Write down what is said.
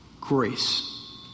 Grace